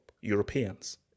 Europeans